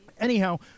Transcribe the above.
Anyhow